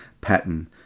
pattern